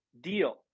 deal